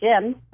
gym